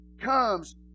comes